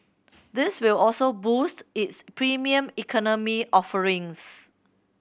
this will also boost its Premium Economy offerings